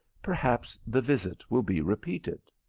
perhaps the visit will be repeated.